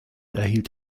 erhielt